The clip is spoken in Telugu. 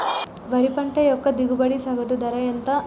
వరి పంట యొక్క దిగుబడి సగటు ధర ఎంత?